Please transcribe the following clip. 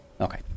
Okay